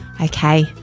Okay